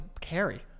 carry